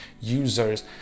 users